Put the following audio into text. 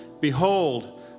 Behold